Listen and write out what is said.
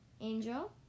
Angel